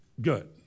Good